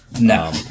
no